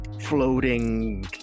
floating